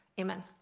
Amen